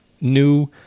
New